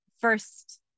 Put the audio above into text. first